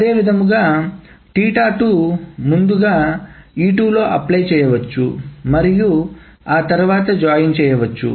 అదేవిధంగా ముందుగా E2 లో అప్లై చేయవచ్చు మరియు ఆ తర్వాత జాయిన్ చేయవచ్చు